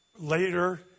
Later